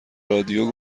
رادیو